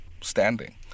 standing